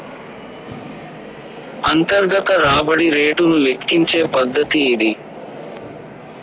అంతర్గత రాబడి రేటును లెక్కించే పద్దతి ఇది